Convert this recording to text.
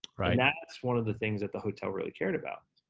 right. and that's one of the things that the hotel really cared about.